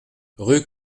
rue